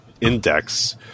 index